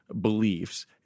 beliefs